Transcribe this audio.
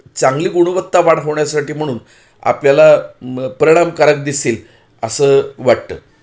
चांगली गुणवत्ता वाढवण्यासाठी म्हणून आपल्याला परिणामकारक दिसेल असं वाटतं